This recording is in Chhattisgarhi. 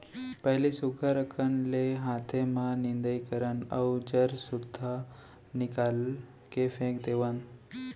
पहिली सुग्घर अकन ले हाते म निंदई करन अउ जर सुद्धा निकाल के फेक देवन